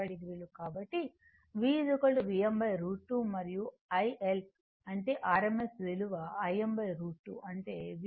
కాబట్టి V Vm√ 2 మరియు iL అంటే rms విలువ Im√ 2 అంటే Vm